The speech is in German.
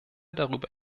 darüber